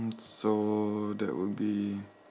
so that would be